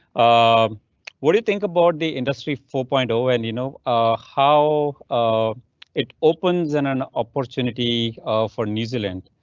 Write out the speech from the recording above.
um what do you think about the industry four point zero and you know ah how um it opens and an opportunity for new zealand?